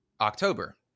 october